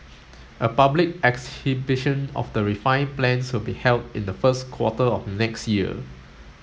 a public exhibition of the refined plans will be held in the first quarter of next year